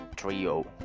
Trio